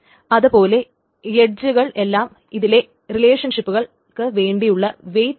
അത് പോലെ എഡ്ജകൾ എല്ലാം ഇതിലെ റിലേഷൻഷിപ്പുകൾക്ക് വേണ്ടിയുള്ള വെയിറ്റ് ആണ്